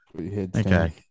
Okay